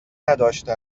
نداشته